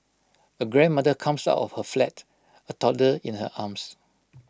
A grandmother comes out of her flat A toddler in her arms